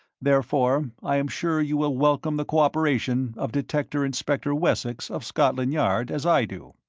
therefore i am sure you will welcome the cooperation of detective-inspector wessex of scotland yard, as i do.